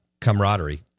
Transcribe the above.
camaraderie